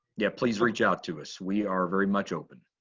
yeah, please reach out to us. we are very much open.